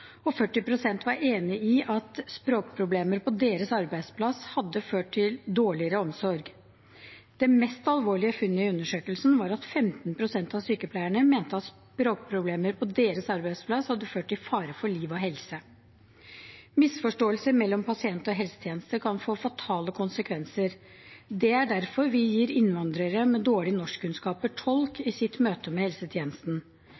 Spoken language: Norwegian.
og 40 pst. var enig i at språkproblemer på deres arbeidsplass hadde ført til dårligere omsorg. Det mest alvorlige funnet i undersøkelsen var at l5 pst. av sykepleierne mente at språkproblemer på deres arbeidsplass hadde ført til fare for liv og helse. Misforståelser mellom pasient og helsetjeneste kan få fatale konsekvenser. Det er derfor vi gir innvandrere med dårlige norskkunnskaper